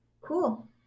Cool